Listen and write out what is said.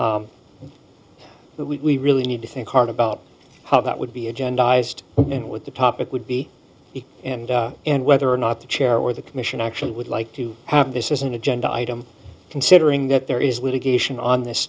we really need to think hard about how that would be agenda ised and what the topic would be and and whether or not the chair or the commission actually would like to have this is an agenda item considering that there is litigation on this